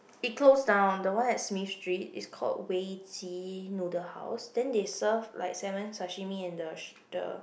it closed down the one at Smith Street it's called Wei Qi Noodle House and they serve like salmon sashimi and the the